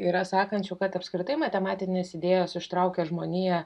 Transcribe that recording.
yra sakančių kad apskritai matematinės idėjos ištraukė žmoniją